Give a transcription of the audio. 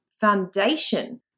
foundation